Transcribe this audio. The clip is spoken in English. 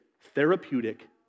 therapeutic